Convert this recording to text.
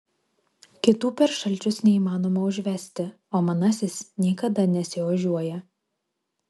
kitų per šalčius neįmanoma užvesti o manasis niekada nesiožiuoja